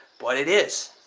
but it is.